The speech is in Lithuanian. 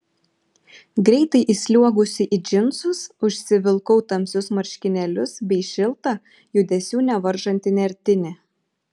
greitai įsliuogusi į džinsus užsivilkau tamsius marškinėlius bei šiltą judesių nevaržantį nertinį